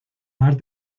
más